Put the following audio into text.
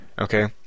Okay